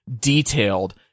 detailed